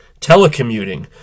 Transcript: telecommuting